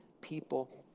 people